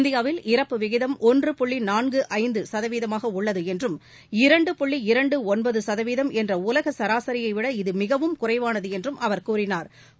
இந்தியாவில் இறப்பு விகிதம் ஒன்று புள்ளி நான்கு ஐந்து சதவீதமாக உள்ளது என்றும் இரண்டு புள்ளி இரண்டு ஒன்பது சதவீதம் என்ற உலக சராசியைவிட இது மிகவும் குறைவானது என்றும் அவர் கூறினாள்